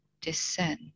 descend